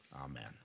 Amen